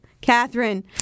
Catherine